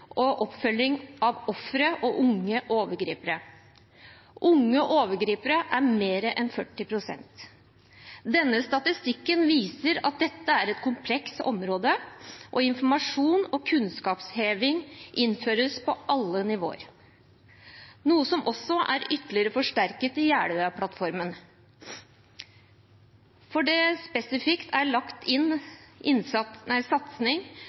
og oppfølging av ofre og unge overgripere. Unge overgripere utgjør mer enn 40 pst. Denne statistikken viser at dette er et komplekst område, og informasjon og kunnskapsheving innføres på alle nivåer, noe som også er ytterligere forsterket i Jeløya-plattformen, hvor det spesifikt er lagt inn en satsing